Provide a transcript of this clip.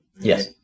yes